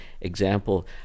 example